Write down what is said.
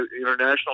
international